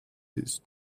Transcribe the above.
these